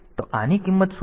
તો આની કિંમત શું હશે